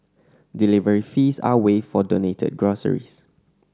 delivery fees are waived for donated groceries